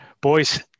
boys